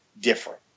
different